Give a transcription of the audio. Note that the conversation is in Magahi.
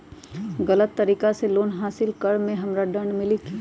गलत तरीका से लोन हासिल कर्म मे हमरा दंड मिली कि?